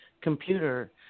computer